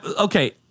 Okay